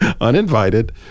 uninvited